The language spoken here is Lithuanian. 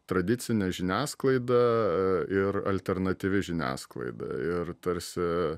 tradicinė žiniasklaida ir alternatyvi žiniasklaida ir tarsi